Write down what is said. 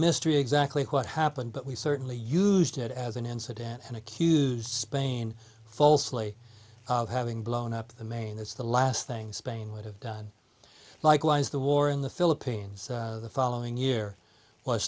mystery exactly what happened but we certainly used it as an incident and accused spain falsely of having blown up the main it's the last thing spain would have done likewise the war in the philippines the following year was